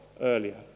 earlier